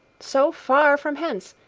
so far from hence!